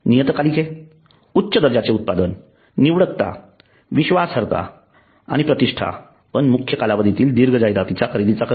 नियतकालिके उच्च दर्जाचे उत्पादन निवडकता विश्वासार्हता आणि प्रतिष्ठा पण मुख्य कालावधीतील दीर्घ जाहिरात खरेदीचा खर्च